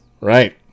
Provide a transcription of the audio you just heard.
right